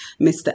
Mr